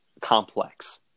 complex